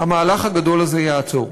המהלך הגדול הזה ייעצר,